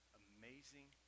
amazing